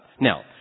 Now